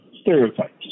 stereotypes